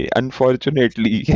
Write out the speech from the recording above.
unfortunately